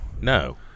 No